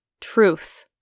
truth